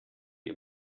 ihr